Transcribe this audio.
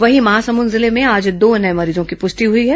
वहीं महासमुंद जिले में आज दो नये मरीजों की प्रष्टि हुई है